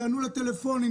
יענו לטלפונים,